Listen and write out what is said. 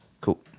Cool